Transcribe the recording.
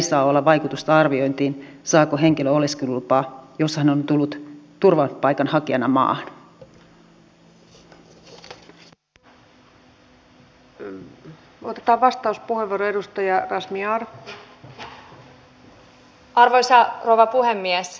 täytyy olla tyytyväinen että nykyeduskunta rohkenee siitä pitää olla vähän ylpeäkin lausua oman käsityksensä siitä miten suomen tukala asema tässä voidaan korjata